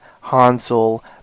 Hansel